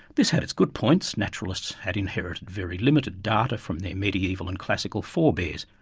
this had its good points naturalists had inherited very limited data from their medieval and classical forebears.